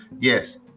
Yes